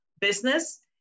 business